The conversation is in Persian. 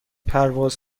پرواز